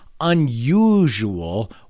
unusual